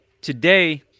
today